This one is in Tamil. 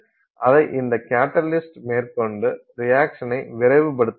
அதை இந்த கட்டலிஸ்ட் மேற்கொண்டு ரியாக்சனை விரைவுபடுத்துகிறது